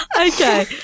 Okay